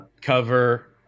cover